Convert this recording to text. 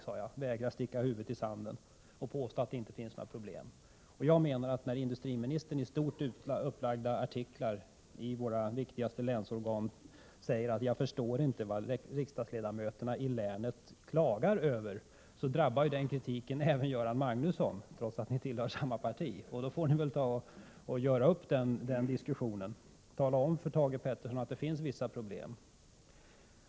Och jag vägrar att sticka huvudet i sanden och säga att här syns inga problem ———.” När industriministern i stort upplagda artiklar i våra viktigaste länsorgan säger att han inte förstår vad riksdagsledamöterna i länet klagar över drabbar den kritiken även Göran Magnusson, trots att ni tillhör samma parti. Då får ni väl reda ut den saken och tala om för Thage Peterson att det finns vissa problem.